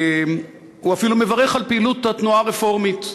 הוא אפילו מברך על פעילות התנועה הרפורמית.